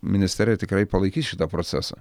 ministerija tikrai palaikys šitą procesą